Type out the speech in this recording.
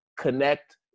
connect